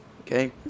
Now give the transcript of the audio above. okay